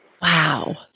Wow